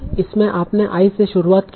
इसमें आपने i से शुरुआत की है